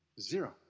Zero